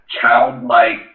childlike